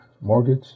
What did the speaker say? mortgage